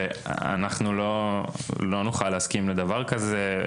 שאנחנו לא נוכל להסכים לדבר כזה.